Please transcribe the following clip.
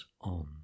on